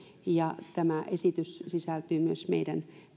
ja tämä esitys sisältyy myös meidän